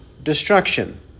Destruction